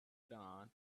dawn